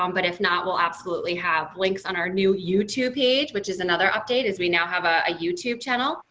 um but if not, we'll absolutely have links on our new youtube page, which is another update, as we now have a youtube channel.